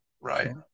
Right